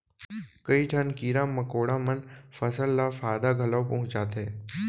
कई ठन कीरा मकोड़ा मन फसल ल फायदा घलौ पहुँचाथें